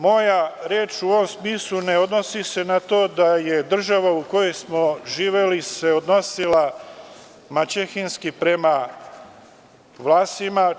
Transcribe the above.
Moja reč u ovom smislu ne odnosi se na to da se država u kojoj smo živeli odnosila maćehinski prema Vlasima.